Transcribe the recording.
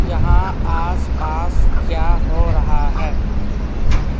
یہاں آس پاس کیا ہو رہا ہے